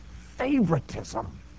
favoritism